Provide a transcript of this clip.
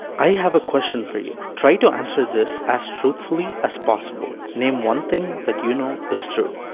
i have a question for you. try to answer this, as truthfully as possible. name one thing that you know is true.